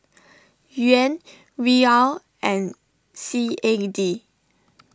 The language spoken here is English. Yuan Riyal and C A D